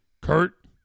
Kurt